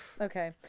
Okay